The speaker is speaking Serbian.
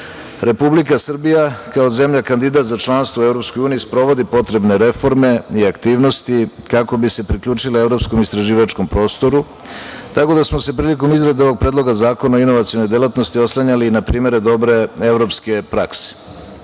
Srbija, kao zemlja kandidat za članstvo u Evropskoj uniji, sprovodi potrebne reforme i aktivnosti kako bi se priključila Evropskom istraživačkom prostoru, tako da smo se prilikom izrade ovog Predloga zakona o inovacionoj delatnosti oslanjali na primere dobre evropske